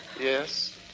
Yes